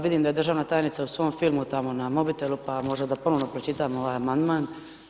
Vidim da je državna tajnica u svom filmu tamo na mobitelu pa možda da ponovno pročitam ovaj amandman.